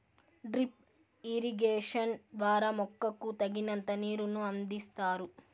drip irrigation ద్వారా మొక్కకు తగినంత నీరును అందిస్తారు